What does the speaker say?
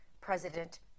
President